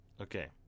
Okay